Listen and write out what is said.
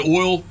oil